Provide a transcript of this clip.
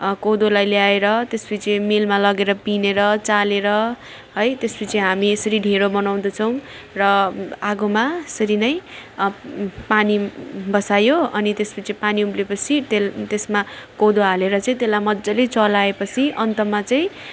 कोदोलाई ल्याएर त्यस पछि मिलमा लगेर पिँधेर र चालेर है त्यस पछि हामी यसरी ढिँडो बनाउदछौँ र आगोमा यसरी नै पानी बसायो अनि त्यस पछि पानी उम्ले पछि त्यस त्यसमा कोदो हालेर चाहिँ त्यसलाई मजाले चलाए पछि अन्तमा चाहिँ